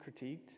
critiqued